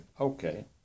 Okay